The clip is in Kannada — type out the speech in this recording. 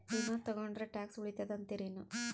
ವಿಮಾ ತೊಗೊಂಡ್ರ ಟ್ಯಾಕ್ಸ ಉಳಿತದ ಅಂತಿರೇನು?